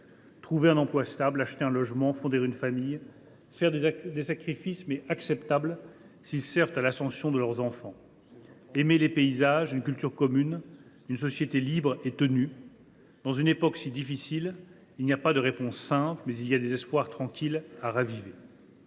trouver un emploi stable ; acheter un logement ; fonder une famille ; accepter de faire des sacrifices s’ils servent à l’ascension de leurs enfants ; aimer les paysages, une culture commune, une société libre et tenue. « Dans une époque si difficile, il n’y a pas de réponse simple, mais il y a des espoirs tranquilles à raviver.